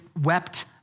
wept